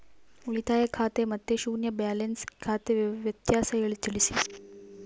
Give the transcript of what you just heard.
ಉಳಿತಾಯ ಖಾತೆ ಮತ್ತೆ ಶೂನ್ಯ ಬ್ಯಾಲೆನ್ಸ್ ಖಾತೆ ವ್ಯತ್ಯಾಸ ತಿಳಿಸಿ?